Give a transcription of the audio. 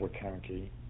County